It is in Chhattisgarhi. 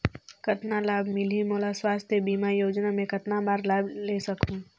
कतना लाभ मिलही मोला? स्वास्थ बीमा योजना मे कतना बार लाभ ले सकहूँ?